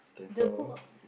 the book uh